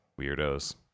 Weirdos